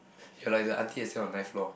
you are like the auntie that stay on ninth floor